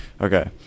okay